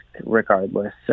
regardless